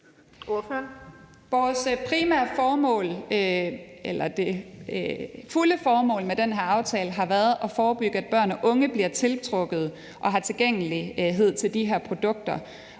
12:59 Matilde Powers (S): Det fulde formål med den her aftale har været at forebygge, at børn og unge bliver tiltrukket af og har adgang til de her produkter.